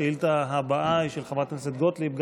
השאילתה הבאה היא של חברת הכנסת גוטליב,